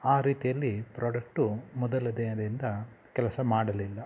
ಆ ರೀತಿಯಲ್ಲಿ ಪ್ರಾಡಕ್ಟು ಮೊದಲ ದಿನದಿಂದ ಕೆಲಸ ಮಾಡಲಿಲ್ಲ